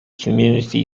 community